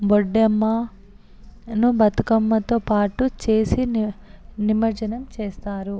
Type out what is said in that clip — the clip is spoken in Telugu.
బొడ్డెమ్మను బతుకమ్మతో పాటూ చేసి ని నిమజ్జనం చేస్తారు